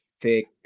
thick